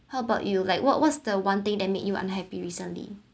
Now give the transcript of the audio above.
how about you like what what's the one thing that make you unhappy recently